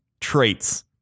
traits